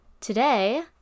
Today